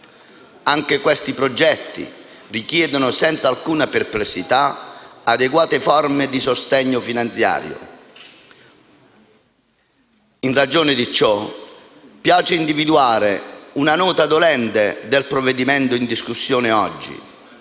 Anche questi progetti richiedono, senza alcuna perplessità, adeguate forme di sostegno finanziario. In ragione di ciò, spiace individuare una nota dolente nel provvedimento in discussione oggi.